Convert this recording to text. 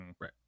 Right